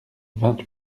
vingt